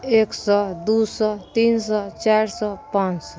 एक सओ दुइ सओ तीन सओ चारि सओ पाँच सओ